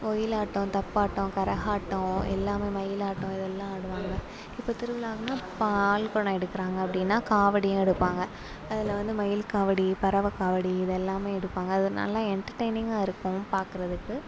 ஒயிலாட்டம் தப்பாட்டம் கரகாட்டம் எல்லாமுமே மயிலாட்டம் இதெல்லாம் ஆடுவாங்க இப்போ திருவிழாவுன்னா பால் கொடம் எடுக்குறாங்க அப்படினா காவடியும் எடுப்பாங்க அதில் வந்து மயில் காவடி பரவை காவடி இதெல்லாமே எடுப்பாங்க அதனால என்டர்டைனிங்காக இருக்கும் பார்க்கறதுக்கு